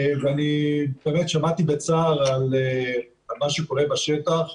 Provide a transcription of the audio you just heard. שמעתי בצער על מה שקורה בשטח,